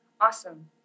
awesome